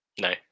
No